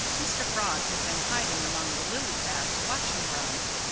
mr. frog had been hiding among the lily-pads, watching brownie.